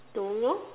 don't know